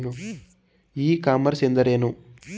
E commerce ಎಂದರೇನು?